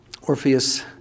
Orpheus